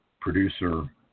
producer